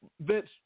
Vince